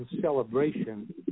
celebration